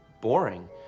boring